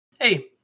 Hey